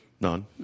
None